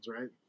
right